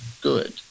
good